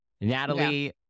Natalie